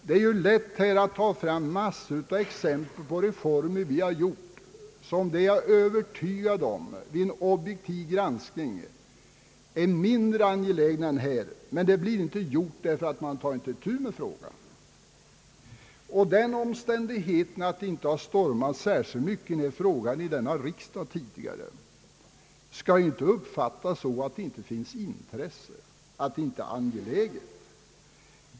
Det är lätt att ta fram massor av exempel på reformer som genomförts i detta land och som — det är jag övertygad om — vid en objektiv granskning skulle visa sig vara mindre angelägna än denna. Det angelägna problem som det här gäller blir inte löst helt enkelt därför att man inte vill ta itu med frågan. Den omständigheten att det inte har stormat särskilt mycket kring denna fråga i riksdagen tidigare skall inte uppfattas så, att det inte finns intresse för den, att den inte är angelägen.